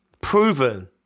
proven